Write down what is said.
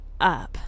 up